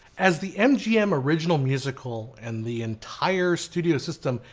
as the mgm original musical, and the entire studio system,